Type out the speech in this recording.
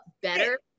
better